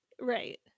Right